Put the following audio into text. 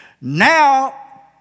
Now